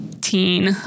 teen